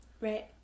Right